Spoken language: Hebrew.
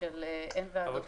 של אין ועדות, יש ועדות.